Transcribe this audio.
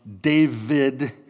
David